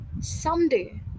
someday